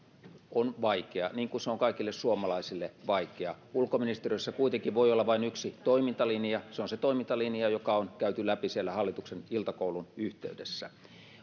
on vaikea niin kuin se on kaikille suomalaisille vaikea ulkoministeriössä kuitenkin voi olla vain yksi toimintalinja se on se toimintalinja joka on käyty läpi siellä hallituksen iltakoulun yhteydessä